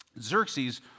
Xerxes